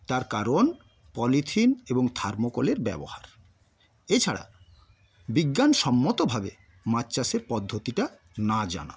তার কারন পলিথিন এবং থার্মোকলের ব্যবহার এছাড়া বিজ্ঞান সম্মতভাবে মাছ চাষের পদ্ধতিটা না জানা